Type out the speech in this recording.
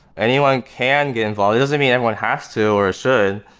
anyone can get involved. it doesn't mean everyone has to, or should,